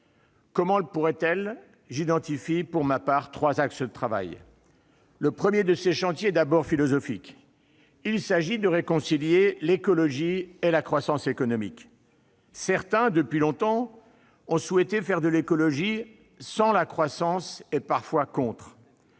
Comment le pourrait-elle ? J'identifie, pour ma part, trois axes de travail. Le premier de ces chantiers est d'ordre philosophique. Il s'agit de réconcilier l'écologie et la croissance économique. Certains, depuis longtemps, ont souhaité faire de l'écologie sans la croissance et, parfois, contre